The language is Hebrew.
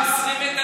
מסעדה ש-20 מטר,